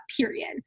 period